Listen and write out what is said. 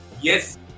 yes